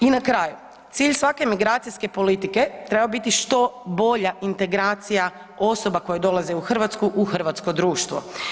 I na kraju, cilj svake migracijske politike treba biti što bolje integracija osoba koje dolaze u Hrvatsku u hrvatsko društvo.